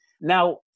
Now